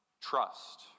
trust